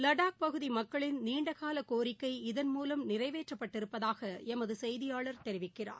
லடாக் பகுதி மக்களின் நீண்டகால கோரிக்கை இதன்மூலம் நிறைவேற்றப்பட்டிருப்பதாக எமது செய்தியாளர் தெரிவிக்கிறார்